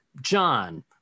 John